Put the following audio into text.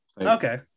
Okay